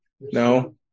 No